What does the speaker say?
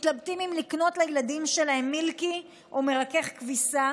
מתלבטים אם לקנות לילדים שלהם מילקי או מרכך כביסה,